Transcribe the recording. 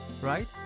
right